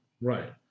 Right